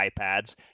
iPads